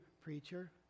preacher